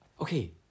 Okay